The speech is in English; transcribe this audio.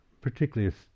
particularly